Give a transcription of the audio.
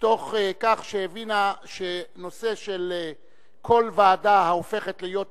מתוך כך שהבינה שנושא של כל ועדה ההופכת להיות מעין-שיפוטית,